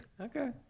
okay